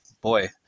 boy